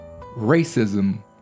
Racism